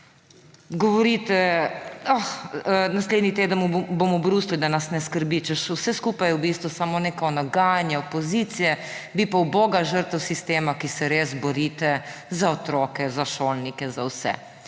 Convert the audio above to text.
Govorite, oh, naslednji teden bom v Bruslju, da nas ne skrbi, češ, vse skupaj je v bistvu samo neko nagajanje opozicije, vi pa uboga žrtev sistema, ki se res borite za otroke, za šolnike, za vse.